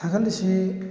ꯊꯥꯒꯠꯂꯤꯁꯤ